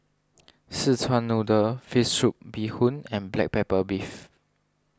Szechuan Noodle Fish Soup Bee Hoon and Black Pepper Beef